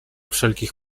wszelkich